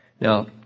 Now